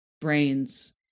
brains